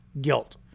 guilt